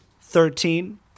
Thirteen